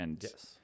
Yes